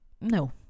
No